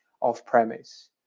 off-premise